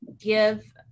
give